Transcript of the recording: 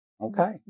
Okay